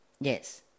yes